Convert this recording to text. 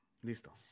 Listo